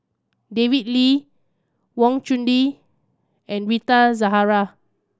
David Lee Wang Chunde and Rita Zahara